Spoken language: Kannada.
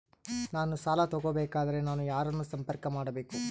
ನಾನು ಸಾಲ ತಗೋಬೇಕಾದರೆ ನಾನು ಯಾರನ್ನು ಸಂಪರ್ಕ ಮಾಡಬೇಕು?